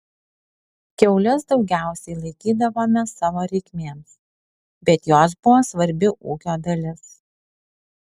kiaules daugiausiai laikydavome savo reikmėms bet jos buvo svarbi ūkio dalis